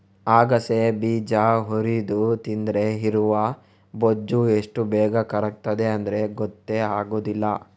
ಅಗಸೆ ಬೀಜ ಹುರಿದು ತಿಂದ್ರೆ ಇರುವ ಬೊಜ್ಜು ಎಷ್ಟು ಬೇಗ ಕರಗ್ತದೆ ಅಂದ್ರೆ ಗೊತ್ತೇ ಆಗುದಿಲ್ಲ